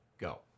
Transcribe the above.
go